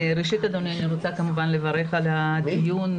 אדוני, אני רוצה לברך על הדיון,